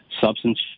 substance